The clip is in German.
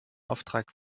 auftrag